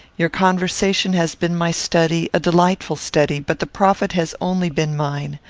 your conversation has been my study, a delightful study, but the profit has only been mine.